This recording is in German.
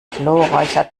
gloreicher